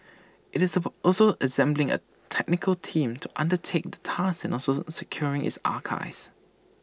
IT is about also assembling A technical team to undertake the task and also securing its archives